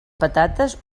patates